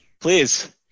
Please